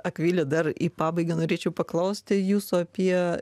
akvile dar į pabaigą norėčiau paklausti jūsų apie